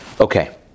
Okay